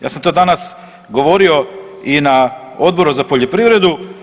Ja sam to danas govorio i na Odboru za poljoprivredu.